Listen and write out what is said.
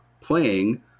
playing